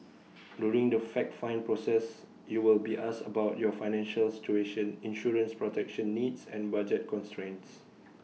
during the fact find process you will be asked about your financial situation insurance protection needs and budget constraints